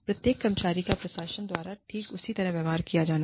प्रत्येक कर्मचारी को प्रशासन द्वारा ठीक उसी तरह से व्यवहार किया जाना चाहिए